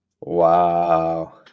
wow